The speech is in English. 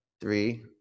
three